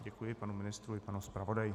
Děkuji panu ministrovi i panu zpravodaji.